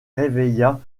réveilla